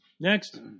Next